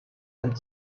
and